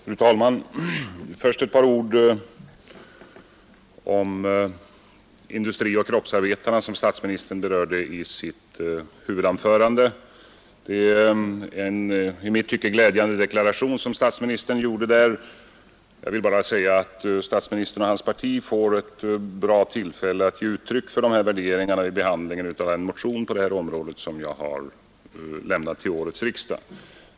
Fru talman! Först några ord om industrioch kroppsarbetarna, som statsministern berörde i sitt huvudanförande. Det är en i mitt tycke mycket glädjande deklaration som statsministern gjorde. Jag vill till det bara säga att statministern och hans parti får ett bra tillfälle att ge uttryck för dessa värderingar vid behandlingen av en motion på detta område som jag har avlämnat till årets riksdag.